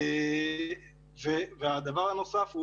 דבר נוסף,